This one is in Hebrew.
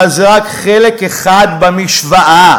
אבל זה רק חלק אחד במשוואה.